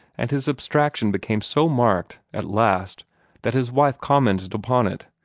and his abstraction became so marked at last that his wife commented upon it.